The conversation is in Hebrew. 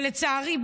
לצערי,